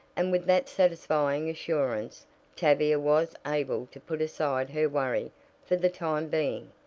and with that satisfying assurance tavia was able to put aside her worry for the time being,